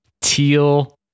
teal